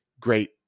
Great